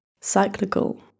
cyclical